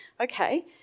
okay